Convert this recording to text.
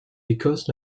écosse